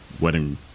wedding